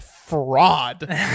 fraud